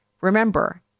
remember